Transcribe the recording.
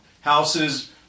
Houses